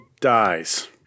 dies